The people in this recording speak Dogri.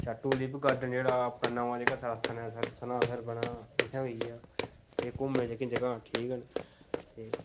अच्छा टूलिप गार्डन जेह्ड़ा अपना नमां जेह्का स्हाड़ा सनासर सनासर बनेआ इत्थै होई गेआ ते घूमने गी जेह्कियां जगह् ठीक न ते